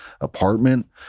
apartment